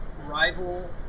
Rival